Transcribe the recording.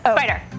Spider